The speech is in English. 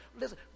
listen